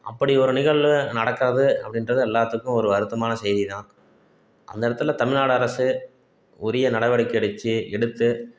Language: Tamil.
அப்படி ஒரு நிகழ்வு நடக்காது அப்படின்றது எல்லாத்துக்கும் ஒரு வருத்தமான செய்தி தான் அந்த இடத்துல தமிழ்நாடு அரசு உரிய நடவடிக்கை அடித்து எடுத்து